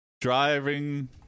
driving